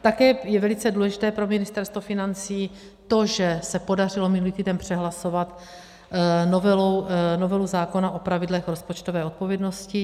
Také je velice důležité pro Ministerstvo financí to, že se podařilo minulý týden přehlasovat novelu zákona o pravidlech rozpočtové odpovědnosti.